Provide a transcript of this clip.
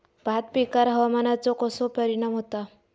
भात पिकांर हवामानाचो कसो परिणाम होता?